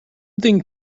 thing